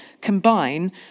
combine